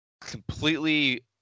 completely